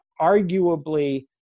arguably